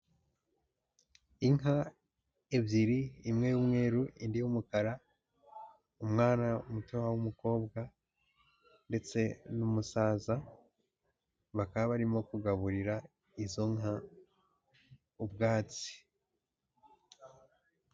Inka ebyiri imwe y'umweru indi y'umukara, umwana mutoya w'umukobwa ndetse n'umusaza bakaba barimo kugaburira izo nka ubwatsi.